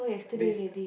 this